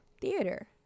theater